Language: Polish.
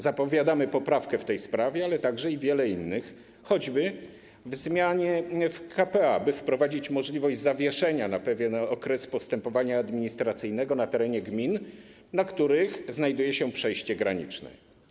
Zapowiadamy poprawkę w tej sprawie, ale także wiele innych, choćby zmianę w k.p.a., by wprowadzić możliwość zawieszenia na pewien okres postępowania administracyjnego na terenie gmin, na których znajduje się przejście graniczne.